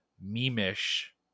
meme-ish